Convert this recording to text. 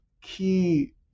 key